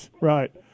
right